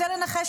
רוצה לנחש,